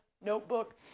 notebook